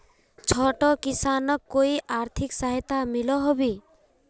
छोटो किसानोक कोई आर्थिक सहायता मिलोहो होबे?